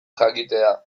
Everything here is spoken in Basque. jakitea